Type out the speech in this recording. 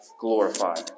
glorified